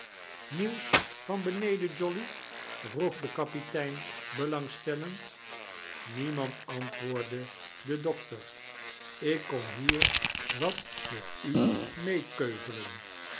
meuws van beneden jolly vroeg de kapitein belangstellend niemand antwoordde de dokter ik kom hier wat met u meekeuvelen